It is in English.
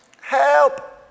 Help